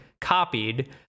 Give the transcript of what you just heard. copied